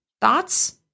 Thoughts